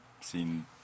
seen